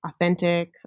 authentic